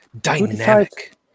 dynamic